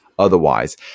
Otherwise